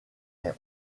est